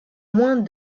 moins